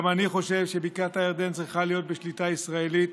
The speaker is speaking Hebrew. גם אני חושב שבקעת ירדן צריכה להיות בשליטה ישראלית,